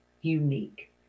unique